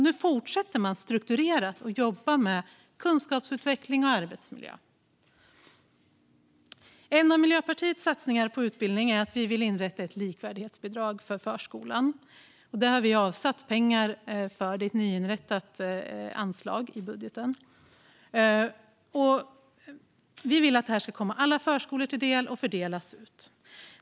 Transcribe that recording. Nu fortsätter man att jobba strukturerat med kunskapsutveckling och arbetsmiljö. En av Miljöpartiets satsningar på utbildning är att vi vill inrätta ett likvärdighetsbidrag för förskolan. Det är ett nyinrättat anslag i budgeten. Vi vill att det kommer alla förskolor till del.